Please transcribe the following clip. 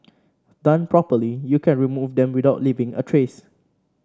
done properly you can remove them without leaving a trace